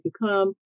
become